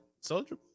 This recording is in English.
Soldier